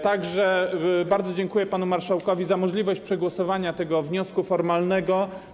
Tak że bardzo dziękuję panu marszałkowi za możliwość przegłosowania tego wniosku formalnego.